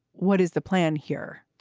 what is the plan here?